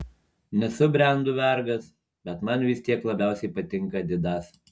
nesu brendų vergas bet man vis tiek labiausiai patinka adidas